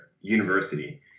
University